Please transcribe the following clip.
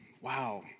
Wow